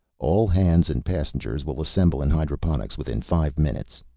all hands and passengers will assemble in hydroponics within five minutes,